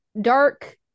dark